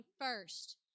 first